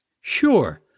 Sure